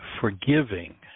forgiving